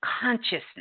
consciousness